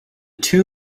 two